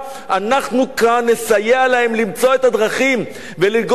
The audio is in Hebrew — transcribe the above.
אנחנו כאן נסייע להם למצוא את הדרכים ולגעת בנקודות